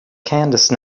candice